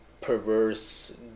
perverse